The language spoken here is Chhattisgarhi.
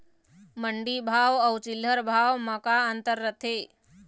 मंडी भाव अउ चिल्हर भाव म का अंतर रथे?